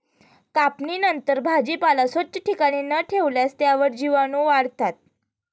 कापणीनंतर भाजीपाला स्वच्छ ठिकाणी न ठेवल्यास त्यावर जीवाणूवाढतात